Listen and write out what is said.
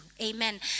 Amen